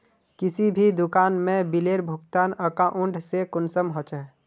किसी भी दुकान में बिलेर भुगतान अकाउंट से कुंसम होचे?